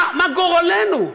מה גורלנו?